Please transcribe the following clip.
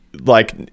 like-